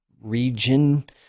region